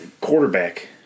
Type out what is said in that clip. quarterback